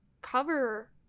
cover